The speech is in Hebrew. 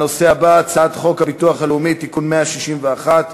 הנושא הבא: הצעת חוק הביטוח הלאומי (תיקון מס' 161),